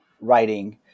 writing